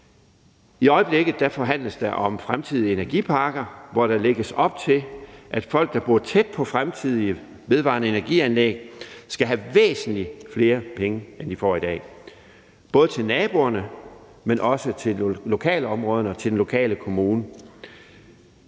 I øjeblikket forhandles der om fremtidige energipakker, hvor der lægges op til, at folk, der bor tæt på fremtidige vedvarende energi-anlæg, skal have væsentlig flere penge, end de får i dag, både til naboerne, men også til lokalområderne og til den lokale kommune.